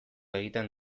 egiten